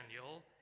Daniel